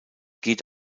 geht